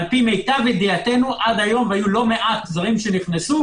למיטב ידיעתנו, והיו לא מעט זרים שנכנסו